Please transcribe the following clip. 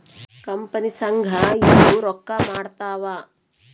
company ಸಂಘ ಇವು ರೊಕ್ಕ ಮಾಡ್ತಾವ